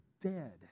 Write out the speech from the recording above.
dead